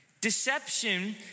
Deception